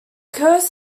coasts